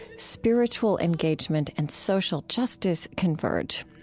spiritual engagement and social justice converge.